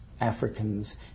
Africans